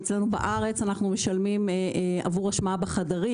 אצלנו בארץ אנחנו משלמים עבור השמעה בחדרים,